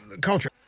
Culture